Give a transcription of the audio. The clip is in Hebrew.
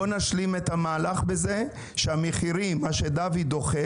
בוא נשלים את המהלך בזה ושהמחירים אליכם